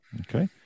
Okay